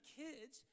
kids